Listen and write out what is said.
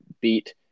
beat